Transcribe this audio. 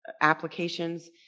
applications